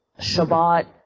Shabbat